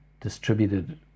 distributed